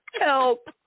Help